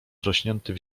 wrośnięty